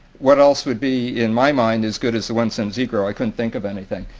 what else would be, in my mind, as good as the one cent z-grill? i couldn't think of anything.